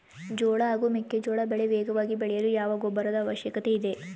ಜೋಳ ಹಾಗೂ ಮೆಕ್ಕೆಜೋಳ ಬೆಳೆ ವೇಗವಾಗಿ ಬೆಳೆಯಲು ಯಾವ ಗೊಬ್ಬರದ ಅವಶ್ಯಕತೆ ಇದೆ?